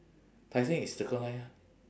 tai seng is circle line ah